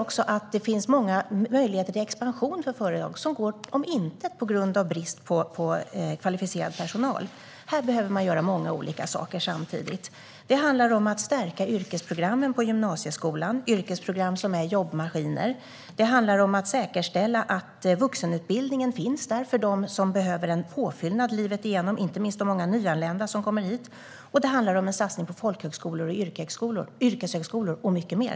Möjligheter för företag att expandera går om intet på grund av brist på kvalificerad personal. Här behöver många olika saker göras samtidigt. Det handlar om att stärka yrkesprogrammen på gymnasieskolan. Yrkesprogrammen är jobbmaskiner. Det handlar om att säkerställa att vuxenutbildning finns där för dem som behöver en påfyllnad livet igenom, inte minst för de många nyanlända. Det handlar om en satsning på folkhögskolor och yrkeshögskolor - och mycket mer.